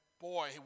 Boy